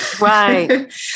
right